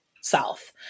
south